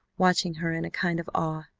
watching her in a kind of awe.